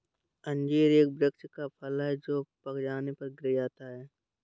अंजीर एक वृक्ष का फल है जो पक जाने पर गिर जाता है